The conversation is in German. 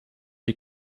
die